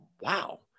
wow